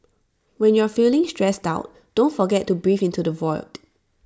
when you are feeling stressed out don't forget to breathe into the void